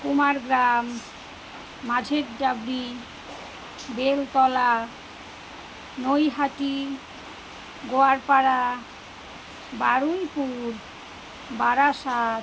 Kumargram Majherdabri Beltala Naihati Goalpara Baruipur Barasat